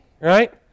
right